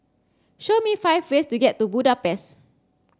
show me five ways to get to Budapest